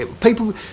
People